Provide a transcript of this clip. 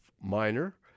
Minor